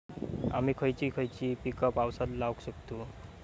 आम्ही खयची खयची पीका पावसात लावक शकतु?